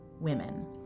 women